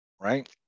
right